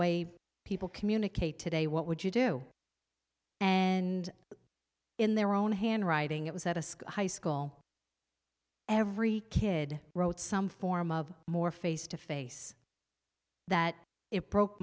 way people communicate today what would you do and in their own handwriting it was that a sky high school every kid wrote some form of more face to face that it broke